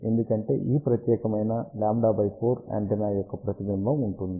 ఎందుకంటే ఈ ప్రత్యేకమైన λ 4 యాంటెన్నా యొక్క ప్రతిబింబం ఉంటుంది